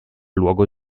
luogo